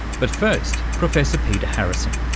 but first, professor peter harrison,